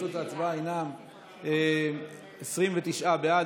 תוצאות ההצבעה הינן 29 בעד,